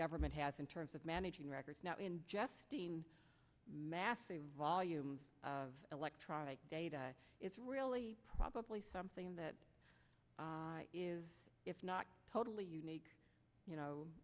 government has in terms of managing records not ingesting massive volumes of electronic data it's really probably something that is if not totally unique you know